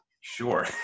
sure